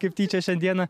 kaip tyčia šiandieną